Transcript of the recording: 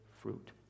fruit